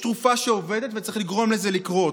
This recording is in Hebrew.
יש תרופה שעובדת וצריך לגרום לזה לקרות.